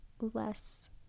less